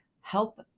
help